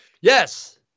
Yes